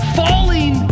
falling